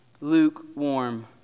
lukewarm